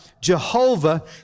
Jehovah